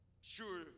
sure